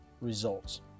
results